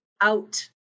out